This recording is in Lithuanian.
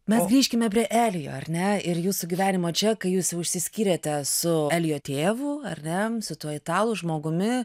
mes grįžkime prie elijo ar ne ir jūsų gyvenimo čia kai jūs jau išsiskyrėte su elijo tėvu ar ne su tuo italu žmogumi